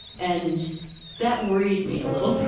and that worried me a little bit,